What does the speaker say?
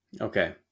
Okay